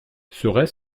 serait